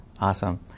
Awesome